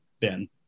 Ben